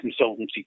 consultancy